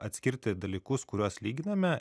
atskirti dalykus kuriuos lyginame